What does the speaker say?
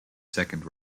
second